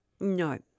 No